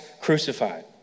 crucified